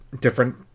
different